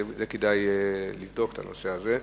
כדאי לבדוק את הנושא הזה.